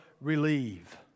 relieve